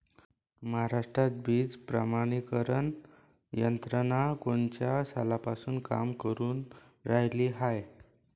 महाराष्ट्रात बीज प्रमानीकरण यंत्रना कोनच्या सालापासून काम करुन रायली हाये?